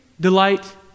delight